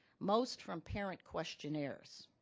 most from parent questionnaires.